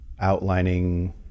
Outlining